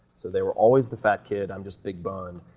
so they were always the fat kid, i'm just big-boned,